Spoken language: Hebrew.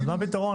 אז מה הפתרון?